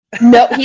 no